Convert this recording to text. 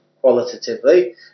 qualitatively